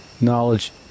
knowledge